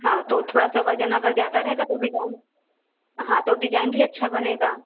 हाँ तो थोड़ा सा वज़न अगर ज़्यादा रहेगा तो डिजाइन हाँ तो डिजाइन भी अच्छा बनेगा